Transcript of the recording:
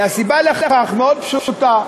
והסיבה לכך מאוד פשוטה: